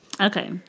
Okay